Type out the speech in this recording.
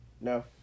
No